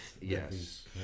Yes